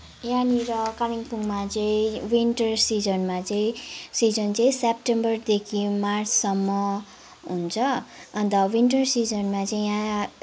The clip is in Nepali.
यहाँनिर कालिम्पोङमा चाहिँ विन्टर सिजनमा चाहिँ सिजन चाहिँ सेप्टेम्बरदेखि मार्चसम्म हुन्छ अनि विन्टर सिजनमा चाहिँ यहाँ